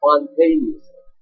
Spontaneously